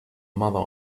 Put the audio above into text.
mother